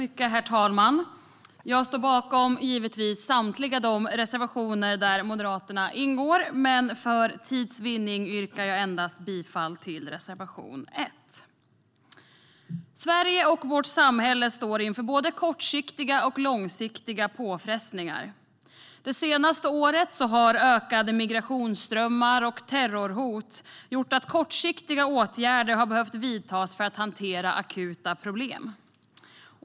Herr talman! Jag står givetvis bakom samtliga reservationer där Moderaterna är med, men för tids vinnande yrkar jag bifall endast till reservation 1. Sverige och vårt samhälle står inför både kortsiktiga och långsiktiga påfrestningar. Det senaste året har ökade migrationsströmmar och terrorhot gjort att kortsiktiga åtgärder har behövt vidtas för att hantera akuta problem.